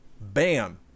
bam